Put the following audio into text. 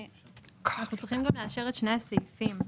אנחנו צריכים גם לאשר את שני סעיפים.